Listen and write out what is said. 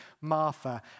Martha